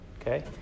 Okay